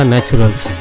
Naturals